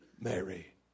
Mary